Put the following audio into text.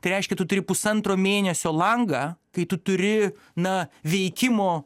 tai reiškia tu turi pusantro mėnesio langą kai tu turi na veikimo